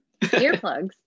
Earplugs